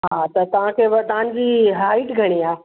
हा त तव्हांखे व तव्हांजी हाईट घणी आहे